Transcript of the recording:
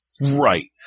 Right